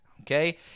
okay